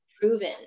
proven